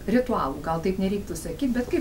ritualų gal taip nereiktų sakyt bet kaip